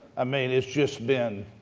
ah mean, it's just been